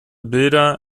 bilder